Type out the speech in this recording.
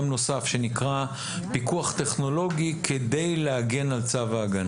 נוסף שנקרא פיקוח טכנולוגי כדי להגן על צו ההגנה.